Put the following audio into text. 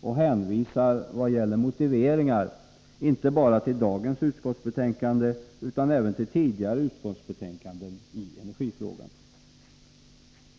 och hänvisar i vad gäller motiveringar inte bara till dagens utskottsbetänkande utan även till tidigare utskottsbetänkanden i energifrågan.